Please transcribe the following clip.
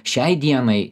šiai dienai